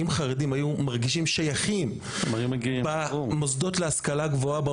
אם חרדים היו מרגישים שייכים במוסדות להשכלה גבוהה,